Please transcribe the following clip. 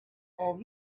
and